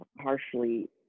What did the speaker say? harshly